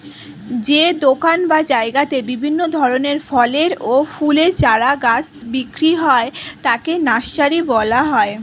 যে দোকান বা জায়গাতে বিভিন্ন ধরনের ফলের ও ফুলের চারা গাছ বিক্রি হয় তাকে নার্সারি বলা হয়